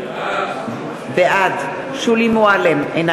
בעד שולי מועלם-רפאלי,